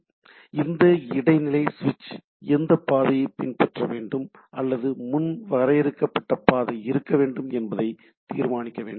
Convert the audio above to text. எனவே இந்த இடைநிலை சுவிட்ச் எந்த பாதையை பின்பற்ற வேண்டும் அல்லது முன் வரையறுக்கப்பட்ட பாதை இருக்க வேண்டும் என்பதை தீர்மானிக்க வேண்டும்